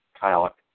Kyle